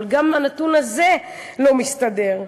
אבל גם הנתון הזה לא מסתדר,